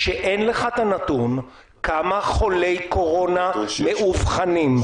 שאין לך את הנתון כמה חולי קורונה מאובחנים.